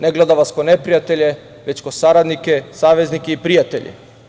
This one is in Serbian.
Ne gleda vas kao neprijatelje, već kao saradnike, saveznike i prijatelje.